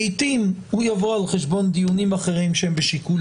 לעיתים הוא יבוא על חשבון דיונים אחרים שהם בשיקול